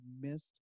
missed